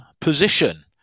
position